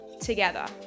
together